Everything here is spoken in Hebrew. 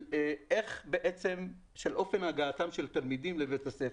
לגבי אופן הגעת התלמידים לבית הספר.